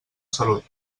salut